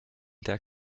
der